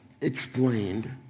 explained